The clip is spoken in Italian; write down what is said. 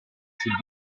sul